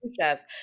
chef